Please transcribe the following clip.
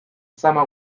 zama